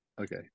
Okay